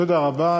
תודה רבה.